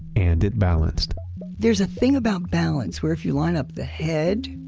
and it balanced there's a thing about balance where if you line up the head,